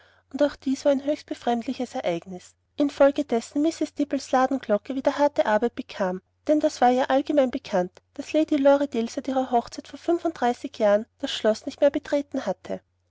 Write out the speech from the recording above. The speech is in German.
und auch dies war ein höchst befremdliches ereignis infolgedessen mrs dibbles ladenglocke wieder harte arbeit bekam denn das war ja allgemein bekannt daß lady lorridaile seit ihrer hochzeit vor fünfunddreißig jahren das schloß nicht mehr betreten hatte